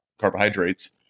carbohydrates